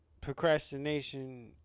procrastination